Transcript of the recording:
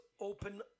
open